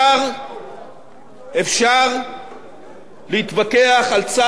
אפשר להתווכח על צעד כזה או אחר,